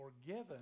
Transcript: forgiven